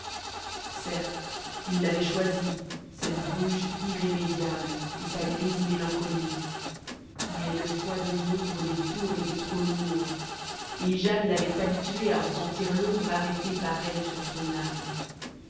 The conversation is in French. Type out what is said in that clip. certes il l'avait choisie cette bruges irrémédiable et sa grise mélancolie mais le poids de l'ombre des tours était trop lourd et jane l'avait habitué à en sentir l'ombre arrêtée par elle sur son âme